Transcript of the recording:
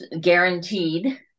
guaranteed